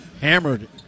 hammered